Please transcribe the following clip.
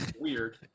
weird